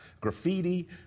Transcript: graffiti